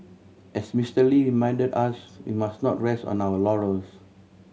as Mister Lee reminded us we must not rest on our laurels